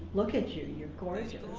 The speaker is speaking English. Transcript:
look at you. you're gorgeous!